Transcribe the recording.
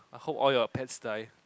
I hope all your pets die